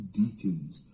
deacons